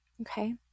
Okay